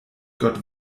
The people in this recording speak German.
gott